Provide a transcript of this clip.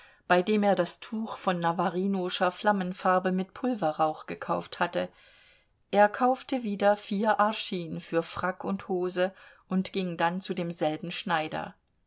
bei dem er das tuch von navarinoscher flammenfarbe mit pulverrauch gekauft hatte er kaufte wieder vier arschin für frack und hose und ging dann zu demselben schneider